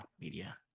Media